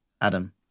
Adam